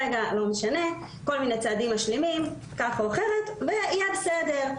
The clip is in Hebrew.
כל מיני צעדים משלימים כך או אחרת ויהיה בסדר.